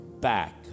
back